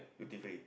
duty free